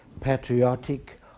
patriotic